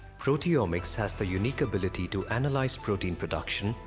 proteomics has the unique ability to analyze protein production,